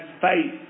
faith